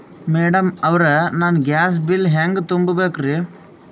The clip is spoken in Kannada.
ಮೆಡಂ ಅವ್ರ, ನಾ ಗ್ಯಾಸ್ ಬಿಲ್ ಹೆಂಗ ತುಂಬಾ ಬೇಕ್ರಿ?